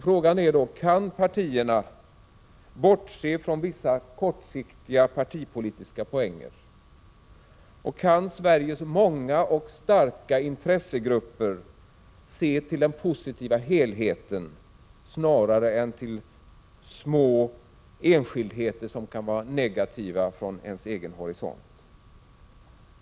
Frågan är då: Kan partierna bortse från vissa kortsiktiga partipolitiska poänger? Och kan Sveriges många och starka intressegrupper se till den positiva helheten snarare än till små enskildheter som kan vara negativa från ens egen horisont?